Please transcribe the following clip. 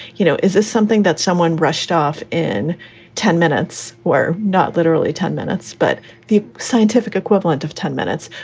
you know. is this something that someone rushed off in ten minutes or not? literally ten minutes, but the scientific equivalent of ten minutes?